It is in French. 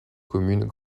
communes